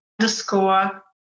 underscore